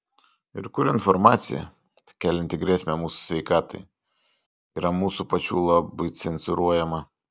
ir kur informacija kelianti grėsmę mūsų sveikatai yra mūsų pačių labui cenzūruojama